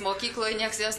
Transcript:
mokykloj nieks jos